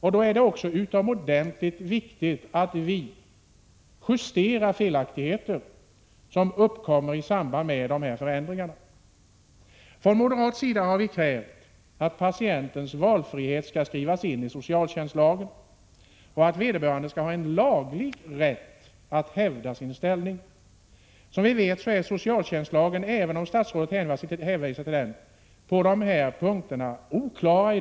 Det är då utomordentligt viktigt att vi justerar de felaktigheter som uppkommer i samband med dessa förändringar. Från moderat sida har vi krävt att patientens valfrihet skall skrivas in i socialtjänstlagen och att patienten skall ha en laglig rätt att hävda sin |. ställning. Som vi vet är socialtjänstlagen i dag oklar på dessa punkter.